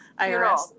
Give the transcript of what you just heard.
IRS